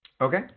Okay